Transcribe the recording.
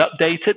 updated